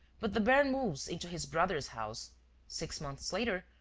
but the baron moves into his brother's house six months later,